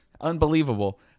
Unbelievable